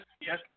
yes